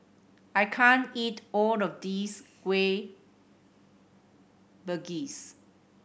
I can't eat all of this Kueh Bugis